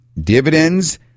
dividends